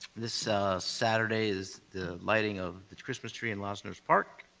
this ah saturday is the lighting of the christmas tree in losner's park.